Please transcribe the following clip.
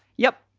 yep.